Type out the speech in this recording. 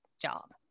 job